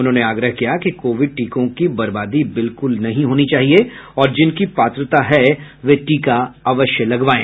उन्होंने आग्रह किया कि कोविड टीको की बर्बादी बिल्कुल नहीं होनी चाहिए और जिनकी पात्रता है वे टीका अवश्य लगवाएं